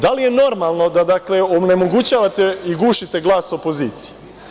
Da li je normalno da onemogućavate i gušite glas opozicije?